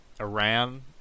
Iran